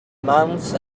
month